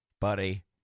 buddy